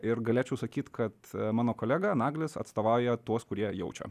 ir galėčiau sakyt kad mano kolega naglis atstovauja tuos kurie jaučia